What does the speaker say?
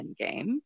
endgame